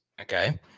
Okay